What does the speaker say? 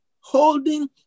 holding